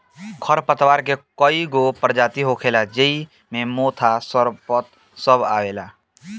खर पतवार के कई गो परजाती होखेला ज़ेइ मे मोथा, सरपत सब आवेला